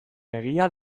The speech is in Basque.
egia